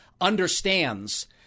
understands